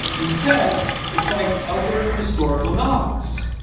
instead, it's like. other historical novels.